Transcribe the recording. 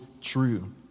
true